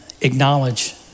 acknowledge